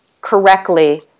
correctly